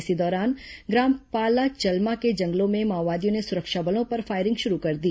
इसी दौरान ग्राम पालाचलमा के जंगलों में माओवादियों ने सुरक्षा बलों पर फायरिंग शुरू कर दी